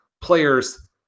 players